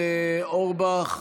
הכנסת אורבך,